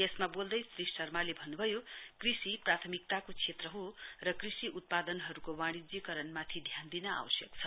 यसमा बोल्दै श्री शर्माले भन्नुभयो कृषि प्राथमिकताको क्षेत्र हो र कृषि उत्पादकहरूको वाणिज्यीकरणमाथि ध्यान दिन आवश्यक छ